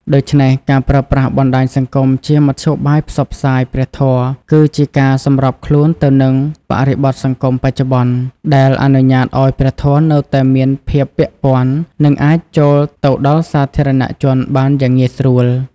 ដូច្នេះ ការប្រើប្រាស់បណ្តាញសង្គមជាមធ្យោបាយផ្សព្វផ្សាយព្រះធម៌ គឺជាការសម្របខ្លួនទៅនឹងបរិបទសង្គមបច្ចុប្បន្ន ដែលអនុញ្ញាតឱ្យព្រះធម៌នៅតែមានភាពពាក់ព័ន្ធ និងអាចចូលទៅដល់សាធារណជនបានយ៉ាងងាយស្រួល។